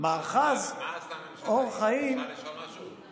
מאחז אור חיים, אפשר לשאול משהו?